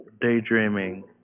daydreaming